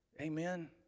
Amen